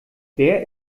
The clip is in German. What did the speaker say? wer